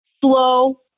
slow